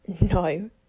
no